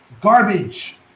garbage